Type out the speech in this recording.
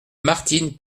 martine